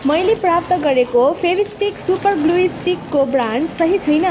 मैले प्राप्त गरेको फेभिस्टिक सुपर ग्लु स्टिकको ब्रान्ड सही छैन